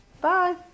Bye